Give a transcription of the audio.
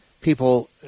people